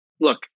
Look